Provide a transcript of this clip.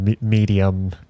medium